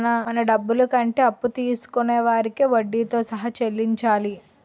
మన డబ్బులు కంటే అప్పు తీసుకొనే వారికి వడ్డీతో సహా చెల్లించాలి